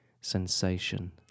sensation